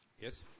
Yes